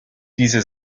diese